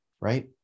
right